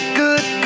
good